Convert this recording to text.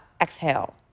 exhale